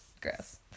gross